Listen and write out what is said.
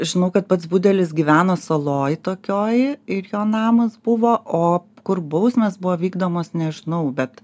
žinau kad pats budelis gyveno saloj tokioj ir jo namas buvo o kur bausmės buvo vykdomos nežinau bet